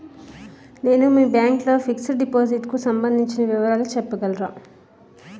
నేను మీ బ్యాంక్ లో ఫిక్సడ్ డెపోసిట్ కు సంబందించిన వివరాలు చెప్పగలరా?